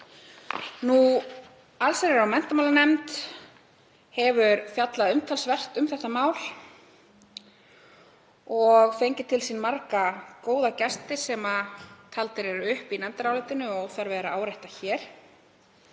Allsherjar- og menntamálanefnd hefur fjallað umtalsvert um þetta mál og fengið til sín marga góða gesti sem taldir eru upp í nefndarálitinu og óþarfi er að árétta hér.